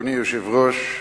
אדוני היושב-ראש,